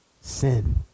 Sin